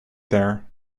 there